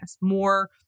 More